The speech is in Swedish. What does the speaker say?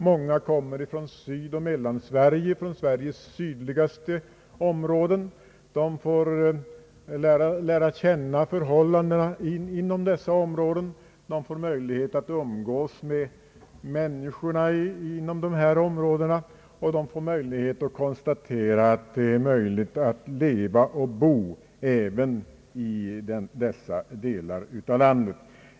Många kommer från Sydoch Mellansverige. De får lära känna förhållandena i Norrland, de får möjlighet att umgås med människorna där, och de får möjlighet att konstatera att det går att leva och bo även i dessa delar av landet.